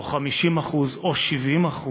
או 50% או 70%,